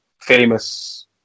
famous